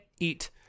eat